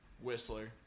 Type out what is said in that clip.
Whistler